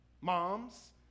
moms